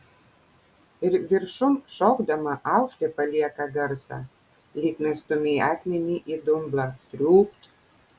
ir viršun šokdama aukšlė palieka garsą lyg mestumei akmenį į dumblą sriubt